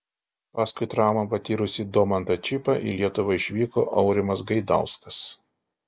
paskui traumą patyrusį domantą čypą į lietuvą išvyko aurimas gaidauskas